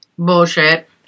Bullshit